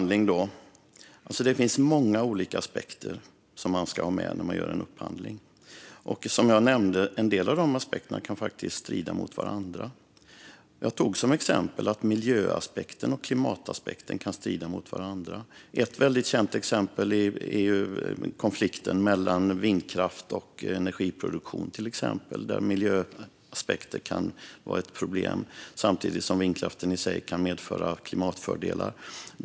Det finns många olika aspekter som man ska ha med när man gör en upphandling. Som jag nämnde kan en del av dessa aspekter faktiskt strida mot varandra. Jag tog som exempel att miljöaspekten och klimataspekten kan strida mot varandra. Ett väldigt känt exempel är konflikten mellan vindkraft och energiproduktion - miljöaspekter kan vara ett problem, samtidigt som vindkraften i sig kan medföra klimatfördelar.